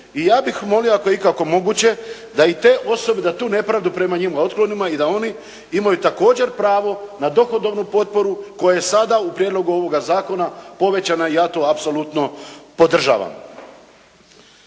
I ja bih molio ako je ikako moguće da i te osobe, da tu nepravdu prema njima otklonimo i da oni imaju također pravo na dohodovnu potporu koja je sada u prijedlogu ovoga zakona povećana i ja to apsolutno podržavam.